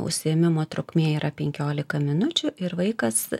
užsiėmimo trukmė yra penkiolika minučių ir vaikas